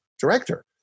director